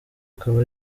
akaba